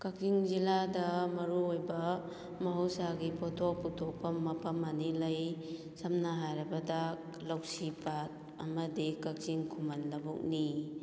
ꯀꯛꯆꯤꯡ ꯖꯤꯂꯥꯗ ꯃꯔꯨꯑꯣꯏꯕ ꯃꯍꯧꯁꯥꯒꯤ ꯄꯣꯊꯣꯛ ꯄꯨꯊꯣꯛꯄ ꯃꯐꯝ ꯑꯅꯤ ꯂꯩ ꯁꯝꯅ ꯍꯥꯏꯔꯕꯗ ꯂꯧꯁꯤ ꯄꯥꯠ ꯑꯃꯗꯤ ꯀꯛꯆꯤꯡ ꯈꯨꯃꯟ ꯂꯕꯨꯛꯅꯤ